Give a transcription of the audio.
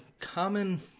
common